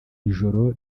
ijoro